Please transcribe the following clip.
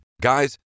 Guys